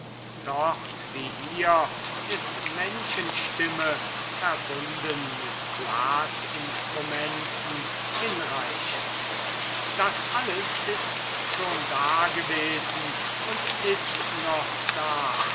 dort wie hier ist menschenstimme verbunden mit blasinstrumenten hinreichend das alles ist schon dagewesen und ist noch da